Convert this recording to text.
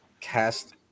cast